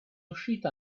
uscita